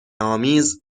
آمیز